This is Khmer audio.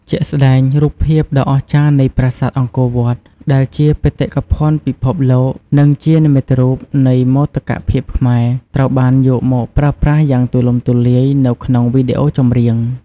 ជាក់ស្តែង រូបភាពដ៏អស្ចារ្យនៃប្រាសាទអង្គរវត្ត ដែលជាបេតិកភណ្ឌពិភពលោក និងជានិមិត្តរូបនៃមោទកភាពខ្មែរ ត្រូវបានយកមកប្រើប្រាស់យ៉ាងទូលំទូលាយនៅក្នុងវីដេអូចម្រៀង។